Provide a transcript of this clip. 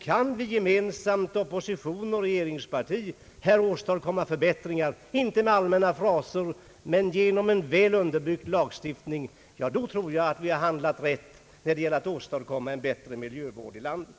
Kan vi gemensamt — opposition och regeringsparti — här åstadkomma förbättringar, inte med allmänna fraser utan genom en väl underbyggd lagstiftning, då tror jag vi har handlat rätt när det gäller att åstadkomma en bättre miljövård i landet.